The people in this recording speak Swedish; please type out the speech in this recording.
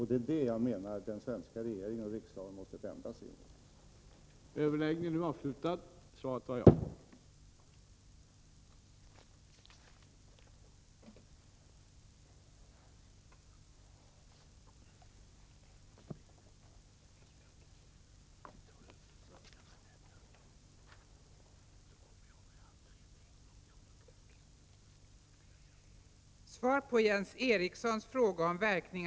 Det är detta jag menar att den svenska regeringen och riksdagen måste vända sig mot.